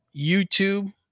YouTube